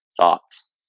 thoughts